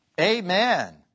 Amen